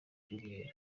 cyumweru